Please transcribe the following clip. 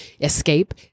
Escape